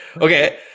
Okay